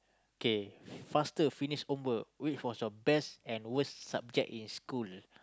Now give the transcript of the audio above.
kay faster finish homework what was your best and worst subject in school